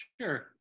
sure